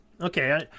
Okay